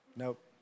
Nope